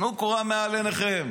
טלו קורה מבין עיניכם.